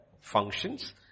functions